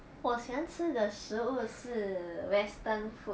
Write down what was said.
我喜欢吃的食物是 western food